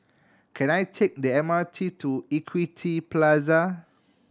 can I take the M R T to Equity Plaza